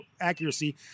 accuracy